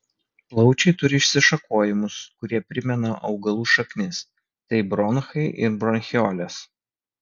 plaučiai turi išsišakojimus kurie primena augalų šaknis tai bronchai ir bronchiolės